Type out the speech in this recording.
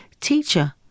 Teacher